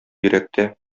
йөрәктә